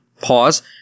Pause